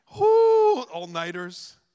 all-nighters